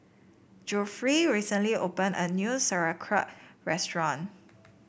Geoffrey recently opened a new Sauerkraut restaurant